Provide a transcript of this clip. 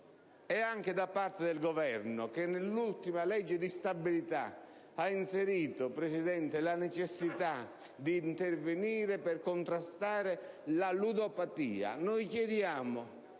direzione - e del Governo, che nell'ultima legge di stabilità ha inserito la necessità di intervenire per contrastare la ludopatia.